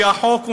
לפי החוק,